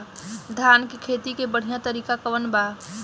धान के खेती के बढ़ियां तरीका कवन बा?